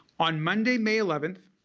on monday, may eleventh,